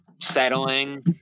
settling